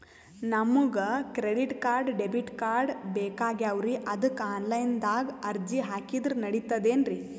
ನಮಗ credit card, debit card ಬೇಕಾಗ್ಯಾವ್ರೀ ಅದಕ್ಕ ಆನಲೈನದಾಗ ಅರ್ಜಿ ಹಾಕಿದ್ರ ನಡಿತದೇನ್ರಿ?